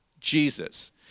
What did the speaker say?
Jesus